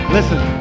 Listen